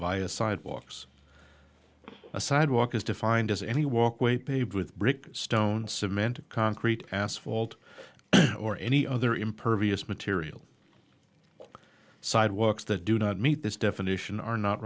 via sidewalks a sidewalk is defined as any walkway paved with brick stone cement concrete asphalt or any other impervious material sidewalks that do not meet this definition are not